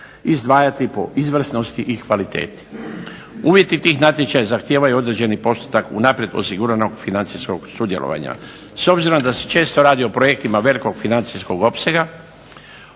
izdvajati po izvrsnosti i kvaliteti. Uvjeti tih natječaja zahtijevaju određeni postotak unaprijed osiguranog financijskog sudjelovanja. S obzirom da se često radi o projektima velikog financijskog opsega